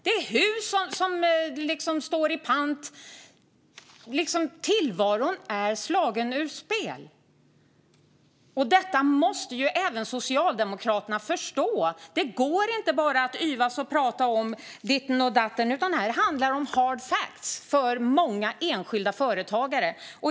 Det är hus som står i pant och en tillvaro som är satt ur spel. Detta måste ju även Socialdemokraterna förstå. Det går inte att bara yvas och prata om ditten och datten, utan här handlar det om hard facts för många enskilda företagare.